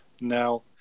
now